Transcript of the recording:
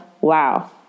Wow